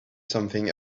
something